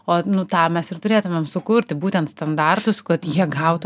o nu tą mes ir turėtumėm sukurti būtent standartus kad jie gautų